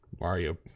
Mario